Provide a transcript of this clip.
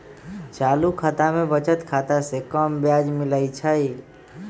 चालू खता में बचत खता से कम ब्याज मिलइ छइ